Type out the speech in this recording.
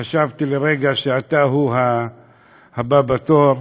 חשבתי לרגע שאתה הוא הבא בתור,